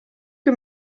que